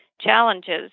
challenges